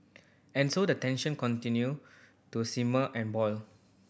and so the tension continue to simmer and boil